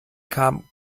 kam